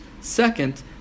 Second